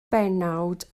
bennawd